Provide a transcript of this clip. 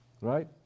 right